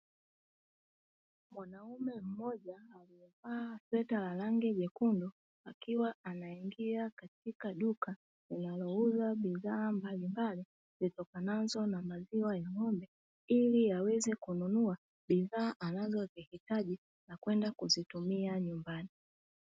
Mwanaume mmoja akiwa amevaa sweta la rangi nyekundu akiwa anaingia katika duka linalouza bidhaa mbalimbali zitokanazo na maziwa ya ng'ombe, ili aweze kununua bidhaa anazozihitaji na kwenda kuzitumia nyumbani.